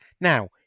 Now